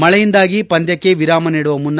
ಮಳೆಯಿಂದಾಗಿ ಪಂದ್ಲಕ್ಷೆ ವಿರಾಮ ನೀಡುವ ಮುನ್ನ